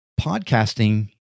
podcasting